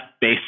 base